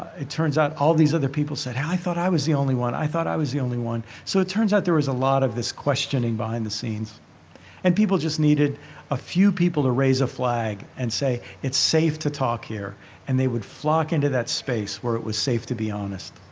it turns out all these other people said, i thought i was the only one. i thought i was the only one. so it turns out there was a lot of this questioning behind the scenes and people just needed a few people to raise a flag and say, it's safe to talk here and they would flock into that space where it was safe to be honest